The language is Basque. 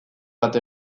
bat